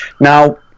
Now